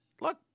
look